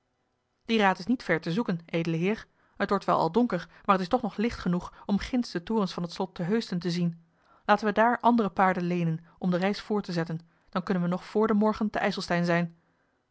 die raad is niet ver te zoeken edele heer t wordt wel al donker maar het is toch nog licht genoeg om ginds de forens van het slot te heusden te zien laten we daar andere paarden leenen om de reis voort te zetten dan kunnen we nog voor den morgen te ijselstein zijn